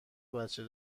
بچه